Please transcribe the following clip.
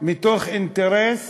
מתוך אינטרס